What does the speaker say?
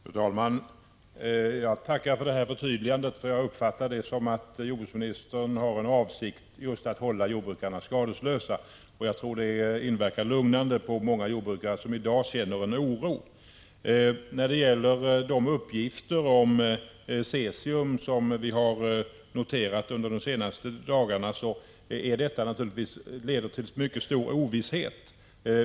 Fru talman! Jag tackar för förtydligandet. Jag uppfattar det så, att jordbruksministern har avsikten att hålla jordbrukarna skadeslösa. Jag tror att det beskedet inverkar lugnande på de många jordbrukare som i dag känner oro. De uppgifter om cesium som vi noterat under de senaste dagarna leder naturligtvis till mycket stor ovisshet.